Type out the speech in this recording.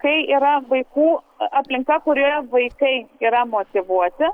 kai yra vaikų aplinka kurioje vaikai yra motyvuoti